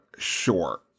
Sure